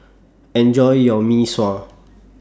Enjoy your Mee Sua